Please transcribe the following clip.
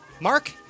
Mark